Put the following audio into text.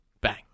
Bang